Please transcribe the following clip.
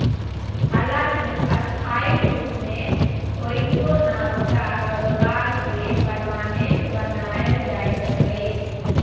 हालांकि अस्थायी रुप मे होइतो नबका कारोबार केँ परमानेंट बनाएल जा सकैए